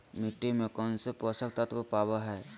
मिट्टी में कौन से पोषक तत्व पावय हैय?